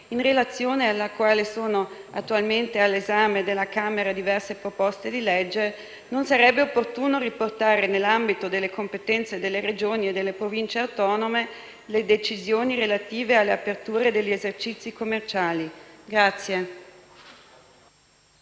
in relazione alla quale sono attualmente all'esame della Camera diverse proposte di legge, non sarebbe opportuno riportare nell'ambito delle competenze delle Regioni e delle Province autonome le decisioni relative alle aperture degli esercizi commerciali.